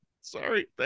Sorry